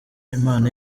imana